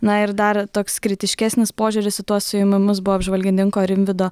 na ir dar toks kritiškesnis požiūris į tuos suėmimus buvo apžvalgininko rimvydo